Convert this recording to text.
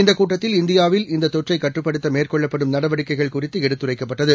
இந்தகூட்டத்தில்இந்தியாவில்இந்ததொற்றைக்கட்டுப்படுத்தமேற்கொள்ளப்படு ம்நடவடிக்கைகள்குறித்துஎடுத்துரைக்கப்பட்டது